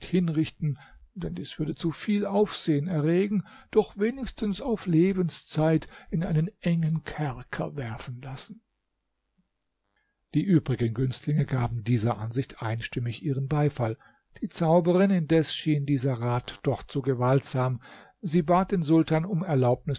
hinrichten denn dies würde zu viel aufsehen erregen doch wenigstens auf lebenszeit in einen engen kerker werfen lassen die übrigen günstlinge gaben dieser ansicht einstimmig ihren beifall der zauberin indes schien dieser rat doch zu gewaltsam sie bat den sultan um erlaubnis